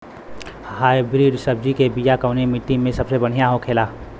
Hybrid सब्जी के बिया कवने मिट्टी में सबसे बढ़ियां होखे ला?